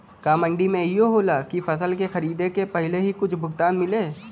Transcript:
का मंडी में इहो होला की फसल के खरीदे के पहिले ही कुछ भुगतान मिले?